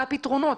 מה הפתרונות?